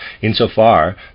Insofar